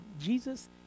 Jesus